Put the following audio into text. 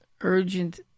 urgent